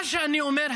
מה שאני אומר,